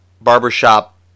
barbershop